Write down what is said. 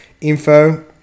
info